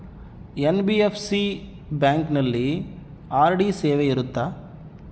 NBFC ಬ್ಯಾಂಕಿನಲ್ಲಿ RD ಸೇವೆ ಇರುತ್ತಾ?